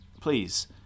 Please